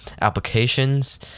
applications